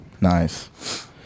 Nice